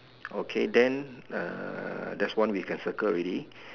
okay then err there is one we can circle already